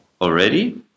Already